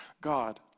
God